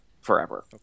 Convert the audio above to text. forever